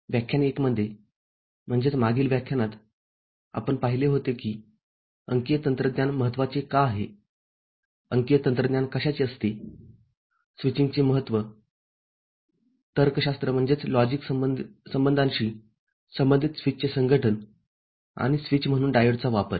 व्याख्यान १ मध्येम्हणजेच मागील व्याख्यानातआपण पाहिले होते की अंकीय तंत्रज्ञान महत्त्वाचे का आहे अंकीय तंत्रज्ञान कशाचे असते स्विचिंगचे महत्त्व तर्कशास्त्र संबंधांशी संबंधित स्विचचे Switch संघटन आणि स्विच म्हणून डायोडचा वापर